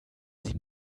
sie